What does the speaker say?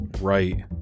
right